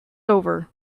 over